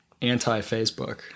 anti-Facebook